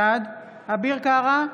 בעד אביר קארה,